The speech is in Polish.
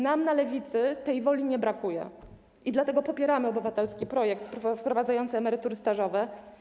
Nam na lewicy tej woli nie brakuje i dlatego popieramy obywatelski projekt wprowadzający emerytury stażowe.